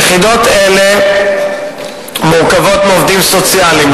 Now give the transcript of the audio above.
יחידות אלה מורכבות מעובדים סוציאליים,